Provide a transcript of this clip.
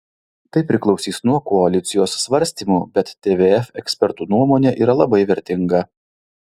tai priklausys nuo koalicijos svarstymų bet tvf ekspertų nuomonė yra labai vertinga